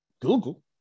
Google